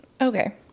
Okay